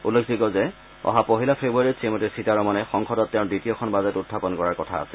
উল্লেখযোগ্য যে অহা পহিলা ফেব্ৰুৱাৰীত শ্ৰীমতী সীতাৰমনে সংসদত তেওঁৰ দ্বিতীয়খন বাজেট উখাপন কৰাৰ কথা আছে